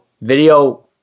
video